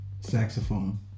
Saxophone